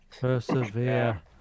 persevere